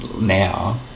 now